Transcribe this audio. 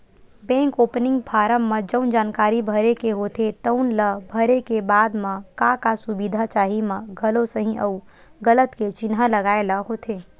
bank opening form म जउन जानकारी भरे के होथे तउन ल भरे के बाद म का का सुबिधा चाही म घलो सहीं अउ गलत के चिन्हा लगाए ल होथे